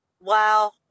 Wow